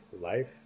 life